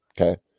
Okay